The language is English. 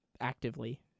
actively